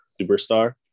Superstar